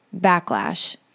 backlash